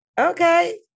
Okay